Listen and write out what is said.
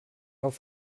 auf